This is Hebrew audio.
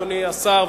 אדוני השר,